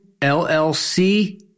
LLC